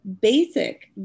basic